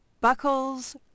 buckles